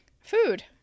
Food